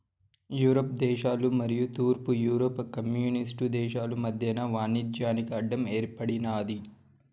Europe దేశాలు మరియు తూర్పు యూరప్ కమ్యూనిస్టు దేశాలు మధ్యన వాణిజ్యానికి అడ్డం ఏర్పడినాది